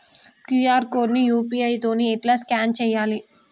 QR code ని UPI తోని ఎట్లా స్కాన్ చేయాలి?